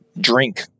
drink